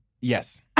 Yes